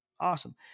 Awesome